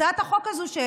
הצעת החוק הזאת,